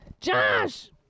josh